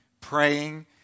praying